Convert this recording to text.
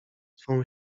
twą